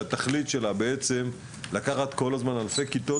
שהתכלית שלה לקחת כל הזמן אלפי כיתות